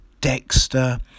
Dexter